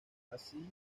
así